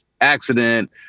accident